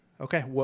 Okay